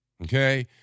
okay